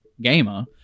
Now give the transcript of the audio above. gamer